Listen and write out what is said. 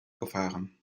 gefahren